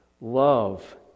love